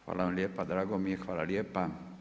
Hvala vam lijepa, drago mi je, hvala lijepa.